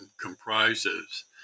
comprises